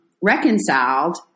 reconciled